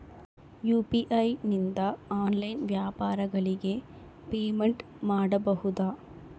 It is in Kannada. ಯು.ಪಿ.ಐ ನಿಂದ ಆನ್ಲೈನ್ ವ್ಯಾಪಾರಗಳಿಗೆ ಪೇಮೆಂಟ್ ಮಾಡಬಹುದಾ?